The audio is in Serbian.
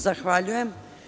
Zahvaljujem.